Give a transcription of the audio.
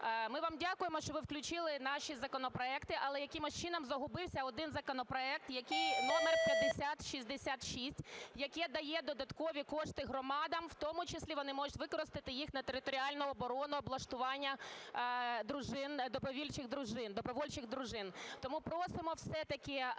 Ми вам дякуємо, що ви включили наші законопроекти, але якимось чином загубився один законопроект, який номер 5066, який дає додаткові кошти громадам, в тому числі вони можуть використати їх на територіальну оборону, облаштування дружин, добровольчих дружин. Тому просимо все-таки